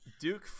Duke